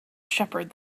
shepherd